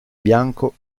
bianco